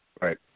right